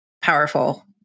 powerful